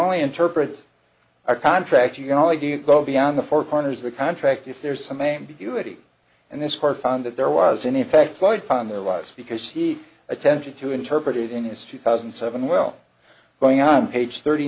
only interpret our contract you know i didn't go beyond the four corners of the contract if there's some ambiguity and this court found that there was in effect floyd found their lies because he attempted to interpret it in his two thousand and seven well going on page thirty